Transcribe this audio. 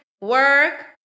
work